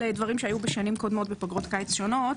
דברים שהיו בשנים קודמות בפגרות קיץ שונות.